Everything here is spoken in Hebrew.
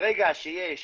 ברגע שיש